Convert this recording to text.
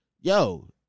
yo